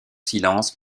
silence